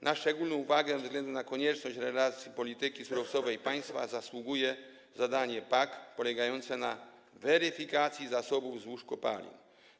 Na szczególną uwagę ze względu na konieczność realizacji polityki surowcowej państwa zasługuje zadanie PAG polegające na weryfikacji zasobów złóż kopalin.